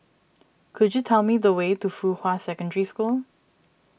could you tell me the way to Fuhua Secondary School